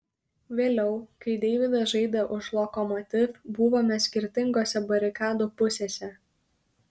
vėliau kai deividas žaidė už lokomotiv buvome skirtingose barikadų pusėse